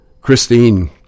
Christine